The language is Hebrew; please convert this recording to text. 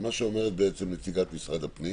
מה שאומרת נציגת משרד הפנים